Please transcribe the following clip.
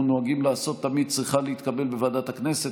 נוהגים לעשות תמיד צריכה להתקבל בוועדת הכנסת.